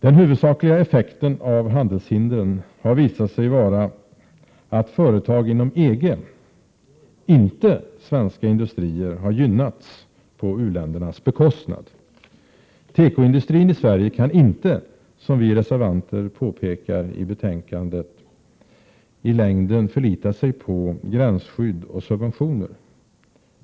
Den huvudsakliga effekten av handelshindren har visat sig vara att företag inom EG, inte svenska industrier, har gynnats på u-ländernas bekostnad. Tekoindustrin i Sverige kan inte, som vi reservanter påpekar i betänkandet, i längden förlita sig på gränsskydd och subventioner.